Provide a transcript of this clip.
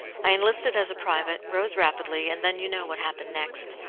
i enlisted as a private, rose rapidly, and then you know what happened next.